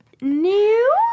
new